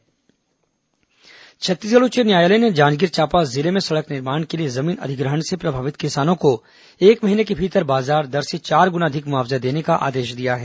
high court किसान मुआवजा छत्तीसगढ़ उच्च न्यायालय ने जांजगीर चांपा जिले में सड़क निर्माण के लिए जमीन अधिग्रहण से प्रभावित किसानों को एक महीने के भीतर बाजार दर से चार गुना अधिक मुआवजा देने का आदेश दिया है